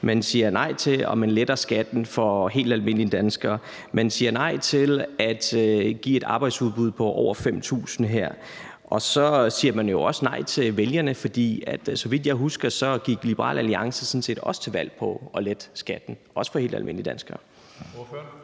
man siger nej til at lette skatten for helt almindelige danskere, man siger nej til at lave et arbejdsudbud på over 5.000 her, og så siger man jo også nej til vælgerne. For så vidt jeg husker, gik Liberal Alliance også til valg på at lette skatten, også for helt almindelige danskere.